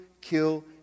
kill